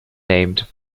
named